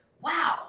wow